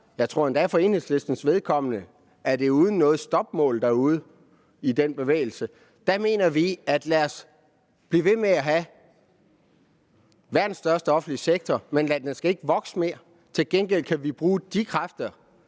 jeg tror endda, at det for Enhedslistens vedkommende er uden noget stopmål i den bevægelse. Der mener vi, at vi skal blive ved med at have verdens største offentlige sektor, men at den ikke skal vokse mere. Til gengæld kan vi bruge de kræfter,